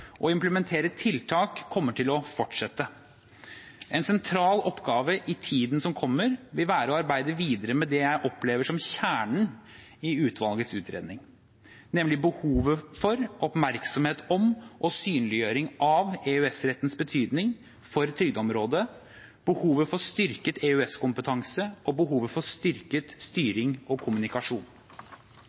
implementere tiltak kommer til å fortsette. En sentral oppgave i tiden som kommer, vil være å arbeide videre med det jeg opplever som kjernen i utvalgets utredning, nemlig behovet for oppmerksomhet om og synliggjøring av EØS-rettens betydning for trygdeområdet, behovet for styrket EØS-kompetanse og behovet for styrket styring og kommunikasjon.